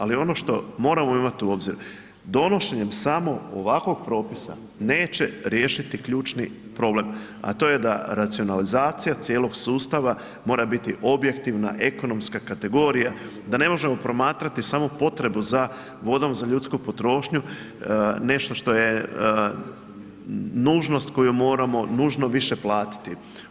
Ali ono što moramo imati u obzir, donošenjem samo ovakvog propisa neće riješiti ključni problem a to je da racionalizacija cijelog sustava mora biti objektivna, ekonomska kategorija, da ne možemo promatrati samo potrebu za vodom, za ljudsku potrošnju nešto što je nužnost koju moramo, nužno više platiti.